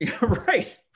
Right